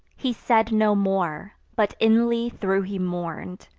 he said no more, but, inly thro' he mourn'd,